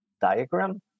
diagram